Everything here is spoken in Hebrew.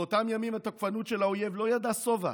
באותם ימים התוקפנות של האויב לא ידעה שובע,